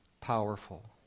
powerful